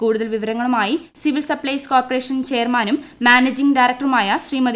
കൂടുതൽ വിവരങ്ങളുമായി civil supplies corporation ചെയർമാനും മാനേജിംഗ് ഡയറക്ടറുമായ ശ്രീമതി